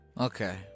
Okay